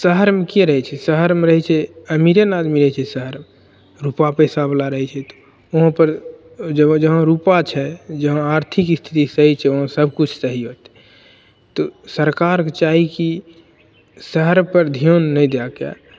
शहरमे के रहै छै शहरमे रहै छै अमीरे ने आदमी रहै छै शहरमे रुपा पैसाबला रहै छै तऽ ओहाँपर जगऽ जहाँ रूपा छै जहाँ आर्थिक स्थिति सही छै वहाँ सबकिछु सही होतै तऽ सरकारके चाही की शहर पर ध्यान नहि दै कए